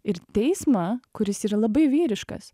ir teismą kuris yra labai vyriškas